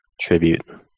tribute